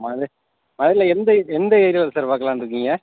மதுரை மதுரையில் எந்த எந்த ஏரியாவில் சார் பார்க்கலான்னு இருக்கீங்க